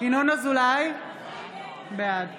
ינון אזולאי, בעד